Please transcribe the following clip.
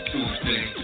Tuesday